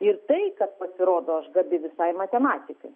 ir tai kad pasirodo aš gabi visai matematikai